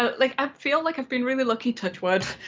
ah like i feel like i've been really lucky, touch wood,